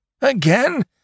Again